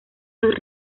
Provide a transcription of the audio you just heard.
sus